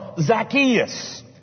Zacchaeus